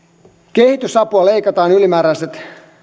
kehitysapua leikataan ylimääräiset